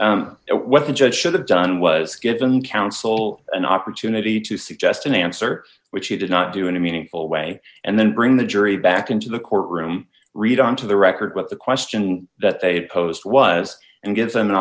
think what the judge should have done was given counsel an opportunity to suggest an answer which he did not do in a meaningful way and then bring the jury back into the courtroom read onto the record what the question that they post was and gives